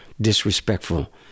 disrespectful